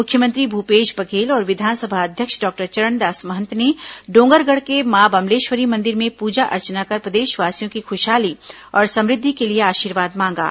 मुख्यमंत्री भूपेश बघेल और विधानसभा अध्यक्ष डॉक्टर चरणदास महंत ने डॉगरगढ़ के मां बम्लेश्वरी मंदिर में पूजा अर्चना कर प्रदेशवासियों की खुशहाली और समृद्धि के लिए आशीर्वाद मांगा